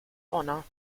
honor